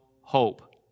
hope